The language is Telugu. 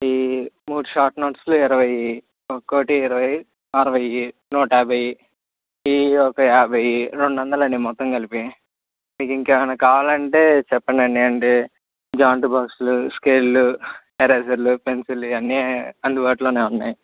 ఈ మూడు షార్ట్ నోట్సులు ఇరవై ఒకటి ఇరవై అరవై నూట యాభై ఈ యొక యాభై రెండు వందలు అండి మొత్తం కలిపి మీకు ఇంకా ఏమైన కావాలంటే చెప్పండి అండి ఏంటంటే జ్యామెట్రీ బాక్సులు స్కేళ్ళు ఎరేజర్లు పెన్సిళ్ళు ఇవ్వన్నీ అందుబాటులో ఉన్నాయి